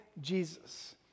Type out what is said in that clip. Jesus